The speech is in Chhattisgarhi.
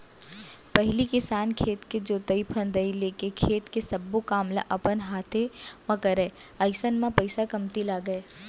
पहिली किसान खेत के जोतई फंदई लेके खेत के सब्बो काम ल अपन हाते म करय अइसन म पइसा कमती लगय